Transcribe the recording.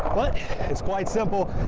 but it's quite simple,